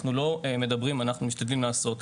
אנחנו לא מדברים, אנחנו משתדלים לעשות.